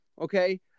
Okay